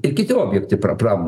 ir kiti objektai pra pram